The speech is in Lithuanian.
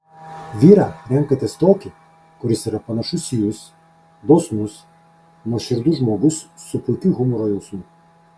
vyrą renkatės tokį kuris yra panašus į jus dosnus nuoširdus žmogus su puikiu humoro jausmu